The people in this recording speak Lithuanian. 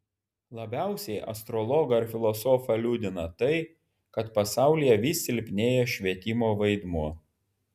labiausiai astrologą ir filosofą liūdina tai kad pasaulyje vis silpnėja švietimo vaidmuo